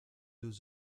deux